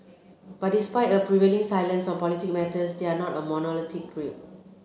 but despite a prevailing silence on political matters they are not a monolithic group